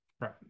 right